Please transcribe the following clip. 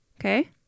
okay